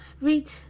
read